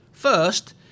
First